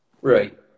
right